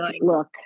look